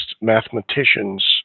mathematicians